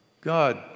God